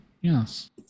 Yes